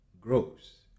grows